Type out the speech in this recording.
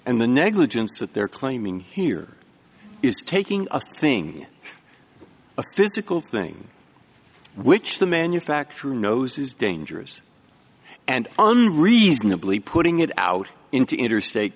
and the negligence that they're claiming here is taking a thing a physical thing which the manufacturer knows is dangerous and reasonably putting it out into interstate